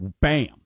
Bam